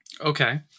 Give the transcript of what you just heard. Okay